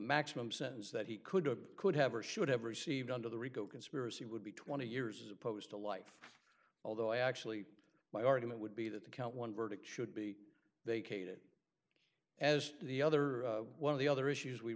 maximum sentence that he could have could have or should have received under the rico conspiracy would be twenty years as opposed to life although actually my argument would be that the count one verdict should be vacated as the other one of the other issues we